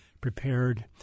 prepared